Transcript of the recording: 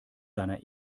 seiner